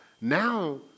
now